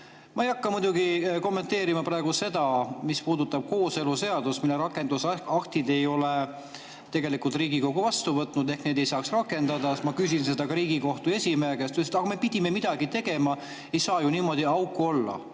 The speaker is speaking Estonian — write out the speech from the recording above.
Ma ei hakka muidugi kommenteerima praegu seda, mis puudutab kooseluseadust, mille rakendusakte ei ole tegelikult Riigikogu vastu võtnud. Nii et neid ei saa nagu rakendada. Ma küsisin seda ka Riigikohtu esimehe käest. Ta ütles, et ah, me pidime midagi tegema, ei saa ju niimoodi auku olla.